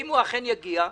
אם הוא אכן יגיע,